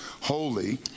holy